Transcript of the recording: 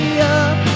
up